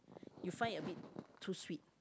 you find it a bit too sweet